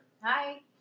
Hi